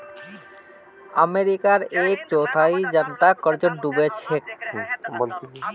अमेरिकार एक चौथाई जनता कर्जत डूबे छेक